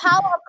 power